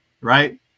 right